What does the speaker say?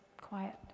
quiet